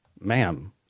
ma'am